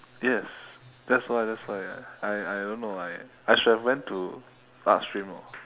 yes that's why that's why I I don't know why I should have went to arts stream orh